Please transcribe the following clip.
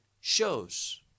shows